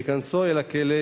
בהיכנסו אל הכלא,